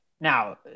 Now